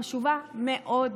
תוכנית חשובה מאוד,